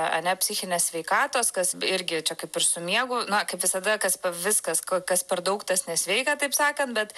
a ane psichinės sveikatos kas irgi čia kaip ir su miegu na kaip visada kas pa viskas k kas per daug tas nesveika taip sakant bet